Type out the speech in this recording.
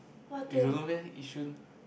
you don't know meh Yishun